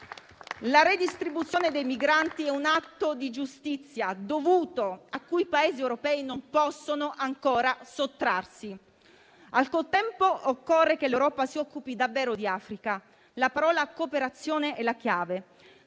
La redistribuzione dei migranti è un atto di giustizia dovuto, a cui i Paesi europei non possono ancora sottrarsi. Al contempo, occorre che l'Europa si occupi davvero di Africa. La parola «cooperazione» è la chiave.